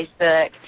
Facebook